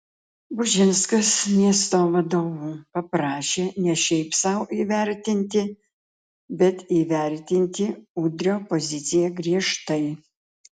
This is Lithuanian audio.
bužinskas miesto vadovų paprašė ne šiaip sau įvertinti bet įvertinti udrio poziciją griežtai